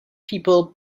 people